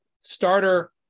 starter